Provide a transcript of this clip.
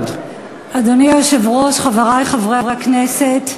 אדוני היושב-ראש, חברי חברי הכנסת,